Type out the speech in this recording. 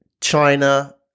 China